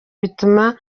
bituma